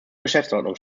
geschäftsordnung